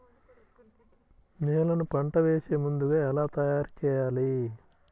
నేలను పంట వేసే ముందుగా ఎలా తయారుచేయాలి?